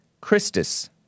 Christus